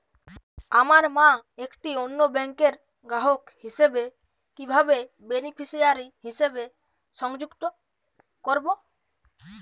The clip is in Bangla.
আমার মা একটি অন্য ব্যাংকের গ্রাহক হিসেবে কীভাবে বেনিফিসিয়ারি হিসেবে সংযুক্ত করব?